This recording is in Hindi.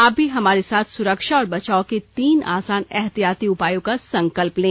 आप भी हमारे साथ सुरक्षा और बचाव के तीन आसान एहतियाती उपायों का संकल्प लें